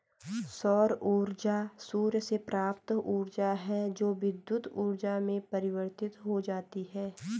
सौर ऊर्जा सूर्य से प्राप्त ऊर्जा है जो विद्युत ऊर्जा में परिवर्तित हो जाती है